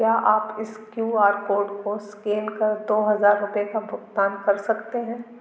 क्या आप इस क्यू आर कोड को एस्कैन कर दो हज़ार रुपये का भुगतान कर सकते हैं